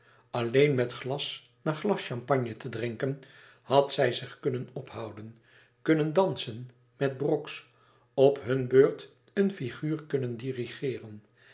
alleen met glas na glas champagne te drinken had zij zich kunnen ophouden kunnen dansen met brox op hun beurt een figuur kunnen dirigeeren